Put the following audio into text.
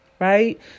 Right